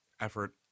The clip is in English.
effort